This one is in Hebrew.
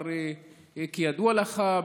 כידוע לך,